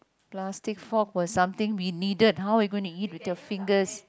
plastic fork or something we needed how are you going to eat with your fingers